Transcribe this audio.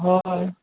हय